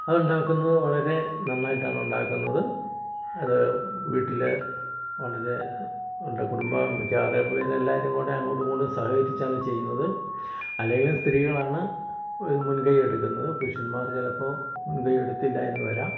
അതുണ്ടാക്കുന്നത് വളരെ നന്നായിട്ടാണ് ഉണ്ടാക്കുന്നത് അത് വീട്ടില് വളരെ അവളുടെ കുടുംബാംഗങ്ങൾ മിക്ക എല്ലാവരും അങ്ങോട്ടും ഇങ്ങോട്ടും സഹകരിച്ചാണ് ചെയ്യുന്നത് അല്ലെങ്കിലും സ്ത്രീകളാണ് ഒരു മുൻകൈ എടുക്കുന്നത് പുരുഷന്മാര് ചിലപ്പോൾ മുൻകൈ എടുത്തില്ല എന്ന് വരാം